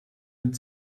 nimmt